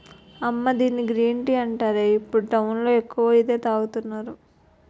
అమ్మా దీన్ని green tea అంటారే, ఇప్పుడు టౌన్ లో ఎక్కువగా ఇదే తాగుతున్నారు